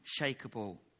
unshakable